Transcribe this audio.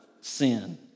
sin